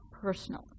personal